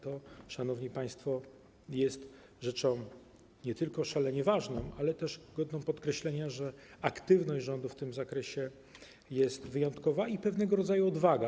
To, szanowni państwo, jest rzeczą nie tylko szalenie ważną, ale też godną podkreślenia - to, że aktywność rządu w tym zakresie jest wyjątkowa i jest pewnego rodzaju odwaga.